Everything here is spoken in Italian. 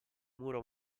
muro